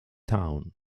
town